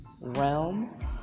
realm